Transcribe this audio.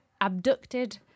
abducted